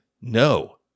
no